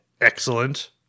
Excellent